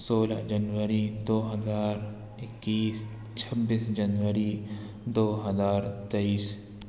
سولہ جنوری دو ہزار اکیس چھبیس جنوری دو ہزار تیئیس